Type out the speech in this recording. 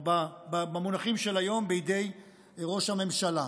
או במונחים של היום, בידי ראש הממשלה.